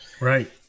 Right